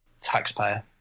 Taxpayer